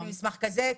תביאי מסמך כזה,